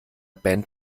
band